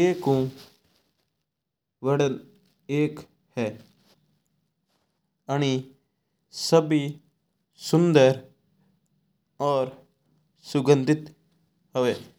एक ऊ एक बदन्न है आनो सभी सुंदर ऊ सुंदर है और खुशबूदार भी है।